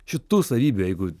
šitų savybių jeigu